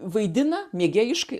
vaidina mėgėjiškai